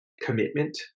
commitment